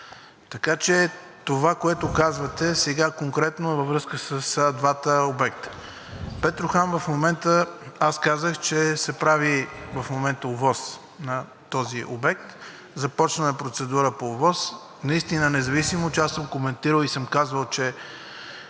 по който ни се иска. Сега конкретно във връзка с двата обекта. За Петрохан в момента казах, че се прави в момента ОВОС на този обект, започнала е процедура по ОВОС. Наистина, независимо че аз съм коментирал и съм казвал, че